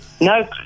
No